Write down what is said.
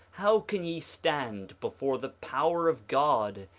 how can ye stand before the power of god,